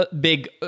big